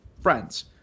friends